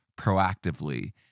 proactively